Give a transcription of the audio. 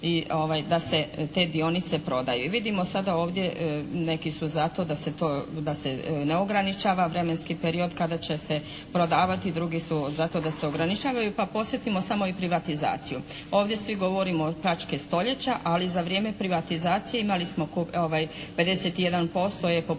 da se te dionice prodaju. Vidimo sada ovdje neki su za to da se to, da se ne ograničava vremenski period kada će se prodavati, drugi su za to da se ograničavaju. Pa podsjetimo samo i privatizaciju. Ovdje svi govorimo …/Govornica se ne razumije./… stoljeća, ali za vrijeme privatizacije imali smo 51% je po